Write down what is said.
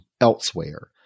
elsewhere